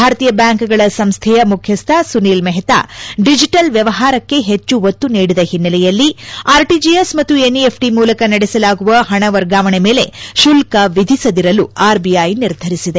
ಭಾರತೀಯ ಬ್ಯಾಂಕ್ ಗಳ ಸಂಸ್ಥೆಯ ಮುಖ್ಯಸ್ಥ ಸುನಿಲ್ ಮೆಹ್ತಾ ಡಿಜಿಟಲ್ ವ್ಯವಹಾರಕ್ಕೆ ಹೆಚ್ಚು ಒತ್ತು ನೀಡಿದ ಹಿನ್ನೆಲೆಯಲ್ಲಿ ಆರ್ ಟಿಜಿಎಸ್ ಮತ್ತು ನೆಫ್ಟ ಮೂಲಕ ನಡೆಸಲಾಗುವ ಪಣ ವರ್ಗಾವಣೆ ಮೇಲೆ ಶುಲ್ಕ ವಿಧಿಸದಿರಲು ಆರ್ ಬಿಐ ನಿರ್ಧರಿಸಿದೆ